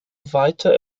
weiter